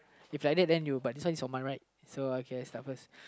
if liddat then you but this one is my right so I can start first